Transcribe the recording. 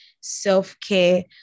self-care